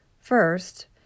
First